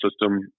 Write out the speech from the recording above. system